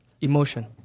Emotion